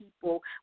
people